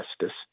justice